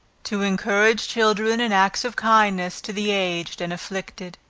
to encourage children in acts of kindness to the aged and afflicted.